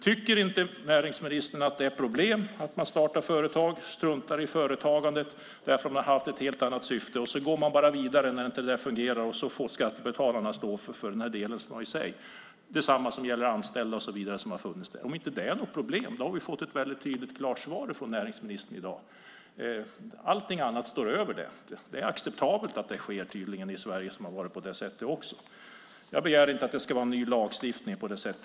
Tycker inte näringsministern att det är ett problem att man startar företag, struntar i företagandet och de anställda för att man har haft ett helt annat syfte, går vidare när det inte fungerar och låter skattebetalarna stå för det hela? Är det inte ett problem har vi fått ett tydligt och klart svar från näringsministern i dag. Allt annat står över. Det är tydligen acceptabelt att det sker i Sverige. Jag begär inte att det ska bli en ny lagstiftning.